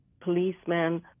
policemen